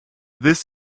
this